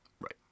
Right